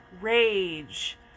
rage